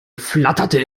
flatterte